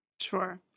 Sure